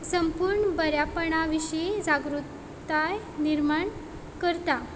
संपुर्ण बऱ्यापणा विशीं जागृताय निर्माण करतात